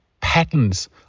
patterns